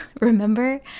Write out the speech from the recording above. Remember